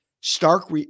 stark